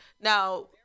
Now